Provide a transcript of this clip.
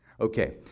okay